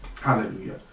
Hallelujah